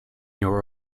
your